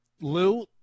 Lou